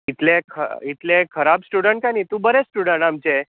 इतले खर इतलें खराब स्टुडंट नी तूं बरें स्टुडंट आमचे